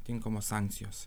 tinkamos sankcijos